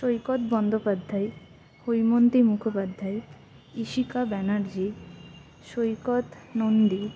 Saikat Bandyopadhyay Haimanti Mukhopadhyay Ishika Banerjee Saikat Nandi